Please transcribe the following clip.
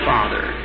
Father